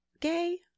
gay